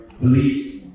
beliefs